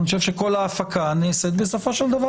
אני חושב שכל ההפקה נעשית בסופו של דבר